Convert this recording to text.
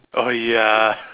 oh ya